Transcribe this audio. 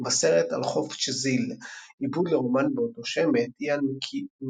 בסרט "על חוף צ'זיל" עיבוד לרומן באותו שם מאת איאן מקיואן.